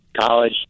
college